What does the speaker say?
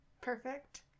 perfect